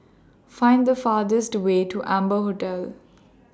Find The fastest Way to Amber Hotel